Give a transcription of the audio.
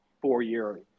four-year